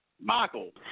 Michael